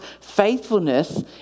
faithfulness